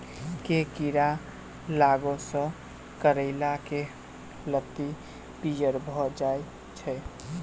केँ कीड़ा लागै सऽ करैला केँ लत्ती पीयर भऽ जाय छै?